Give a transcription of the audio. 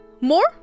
more